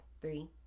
Three